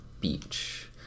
beach